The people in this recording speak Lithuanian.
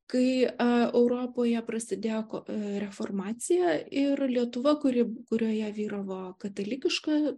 kai europoje prasidėjo reformacija ir lietuva kuri kurioje vyravo katalikiška